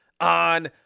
on